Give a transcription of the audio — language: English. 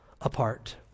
apart